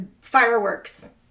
fireworks